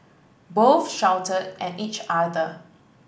both shouted at each other